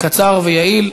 קצר ויעיל.